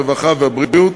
הרווחה והבריאות.